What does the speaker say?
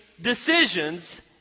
decisions